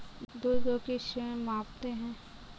दूध को किस से मापते हैं?